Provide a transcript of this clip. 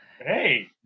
Hey